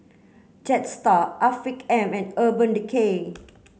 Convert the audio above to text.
Jetstar Afiq M and Urban Decay